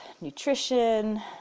nutrition